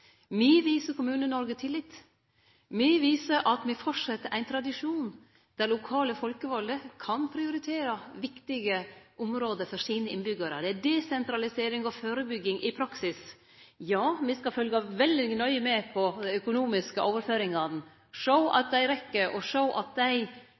Me viser Kommune-Noreg tillit, me viser at me held fram med ein tradisjon der lokalt folkevalde kan prioritere viktige område for sine innbyggjarar. Det er desentralisering og førebygging i praksis. Ja, me skal følgje veldig nøye med på dei økonomiske overføringane, sjå